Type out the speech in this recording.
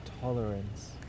tolerance